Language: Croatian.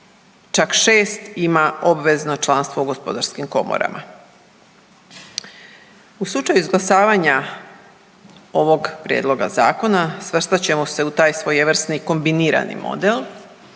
Čak 6 ima obvezno članstvo u gospodarskim komorama. U slučaju izglasavanja ovog Prijedloga zakona svrstat ćemo se u taj svojevrsni kombinirani model